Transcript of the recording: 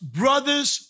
brother's